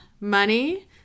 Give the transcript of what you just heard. money